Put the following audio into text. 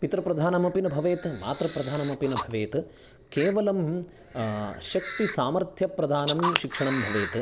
पितृप्रधानमपि न भवेत् मातृप्रधानमपि न भवेत् केवलं शक्तिसामर्थ्यप्रधानं शिक्षणं भवेत्